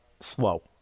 slow